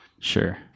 sure